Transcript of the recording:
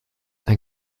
ein